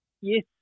Yes